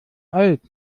alt